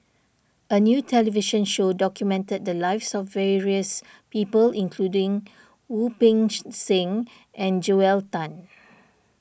a new television show documented the lives of various people including Wu Peng Seng and Joel Tan